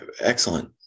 Excellent